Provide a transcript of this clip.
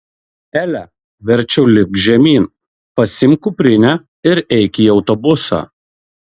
ele verčiau lipk žemyn pasiimk kuprinę ir eik į autobusą